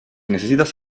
necesitas